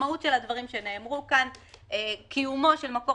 המשמעות של הדברים שנאמרו כאן קיומו של מקור